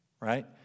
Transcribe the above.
right